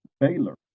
Baylor